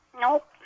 Nope